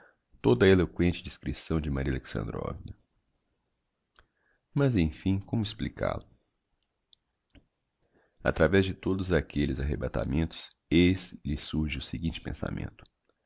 toda a eloquente descripção de maria alexandrovna mas emfim como explicál o através de todos aquelles arrebatamentos eis lhe surge o seguinte pensamento